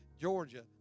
Georgia